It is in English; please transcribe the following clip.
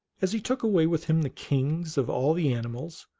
as he took away with him the kings of all the animals,